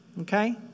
Okay